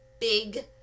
big